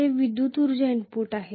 ते विद्युत उर्जा इनपुट आहे